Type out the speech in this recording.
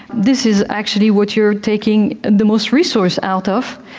this is actually what you're taking the most resource out of,